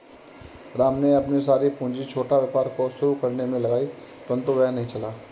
राम ने अपनी सारी पूंजी छोटा व्यापार को शुरू करने मे लगाई परन्तु वह नहीं चला